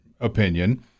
opinion